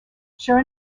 sure